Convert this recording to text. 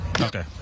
Okay